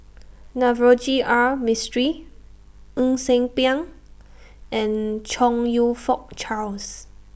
Navroji R Mistri Ng Ser Miang and Chong YOU Fook Charles